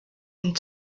den